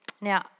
Now